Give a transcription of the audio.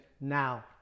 now